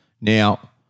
Now